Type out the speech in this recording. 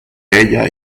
ella